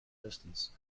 distance